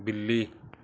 बिल्ली